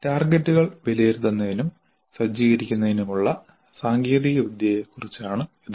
ടാർഗെറ്റുകൾ വിലയിരുത്തുന്നതിനും സജ്ജീകരിക്കുന്നതിനുമുള്ള സാങ്കേതികവിദ്യയെക്കുറിച്ചാണ് ഇത്